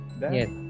Yes